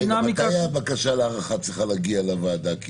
מתי הבקשה להארכה צריכה להגיע לוועדה?